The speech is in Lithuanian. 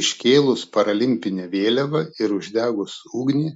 iškėlus paralimpinę vėliavą ir uždegus ugnį